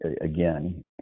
again